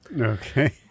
Okay